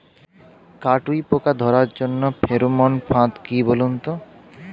কাটুই পোকা ধরার জন্য ফেরোমন ফাদ কি বলুন তো?